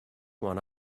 one